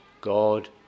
God